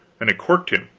and it corked him